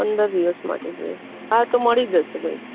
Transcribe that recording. પંદર દિવસ માટે જોઈએ હા તો મળી જશે ભાઈ